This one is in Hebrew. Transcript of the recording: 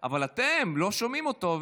אבל אתם לא שומעים אותו,